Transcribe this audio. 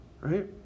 right